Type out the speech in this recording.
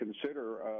consider